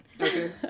Okay